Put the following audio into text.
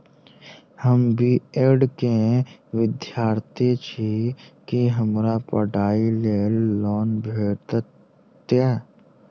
हम B Ed केँ विद्यार्थी छी, की हमरा पढ़ाई लेल लोन भेटतय?